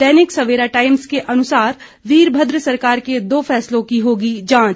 दैनिक Savera Times के अनुसार वीरभद्र सरकार के दो फैसलों की होगी जांच